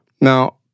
Now